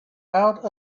out